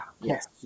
yes